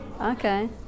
Okay